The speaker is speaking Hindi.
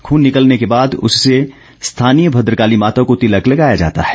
खून निकलने के बाद उससे स्थानीय भद्रकाली माता को तिलक लगाया जाता है